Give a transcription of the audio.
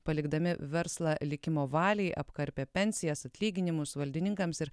palikdami verslą likimo valiai apkarpė pensijas atlyginimus valdininkams ir